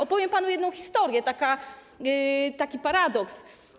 Opowiem panu jedną historię, to taki paradoks.